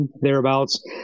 thereabouts